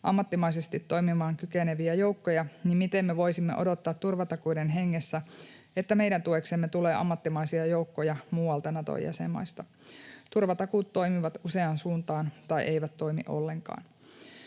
ammattimaisesti toimimaan kykeneviä joukkoja, niin miten me voisimme odottaa turvatakuiden hengessä, että meidän tueksemme tulee ammattimaisia joukkoja muualta Nato-jäsenmaista. Turvatakuut toimivat useaan suuntaan tai eivät toimi ollenkaan.